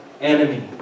enemy